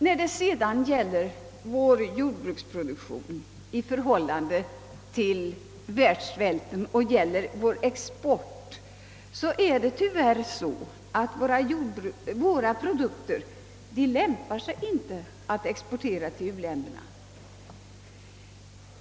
När det sedan gäller vår jordbruksproduktion i förhållande till världssvälten — och därmed frågan om vår export av jordbruksprodukter — vill jag påpeka att våra produkter inte lämpar sig att exportera till u-länderna.